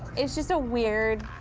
it's just a weird